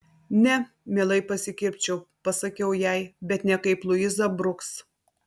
ne mielai pasikirpčiau pasakiau jai bet ne kaip luiza bruks